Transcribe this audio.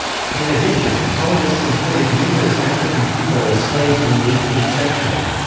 in addition, colonists imported numerous african people as slaves in the eighteenth century.